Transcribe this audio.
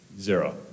zero